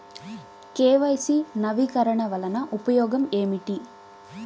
KYC నవీకరణ వలన ఉపయోగం ఏమిటీ?